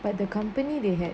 but the company they had